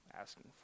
asking